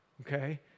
okay